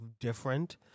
different